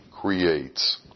creates